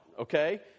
Okay